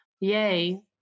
Yay